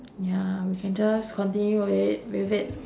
ya we can just continue with it with it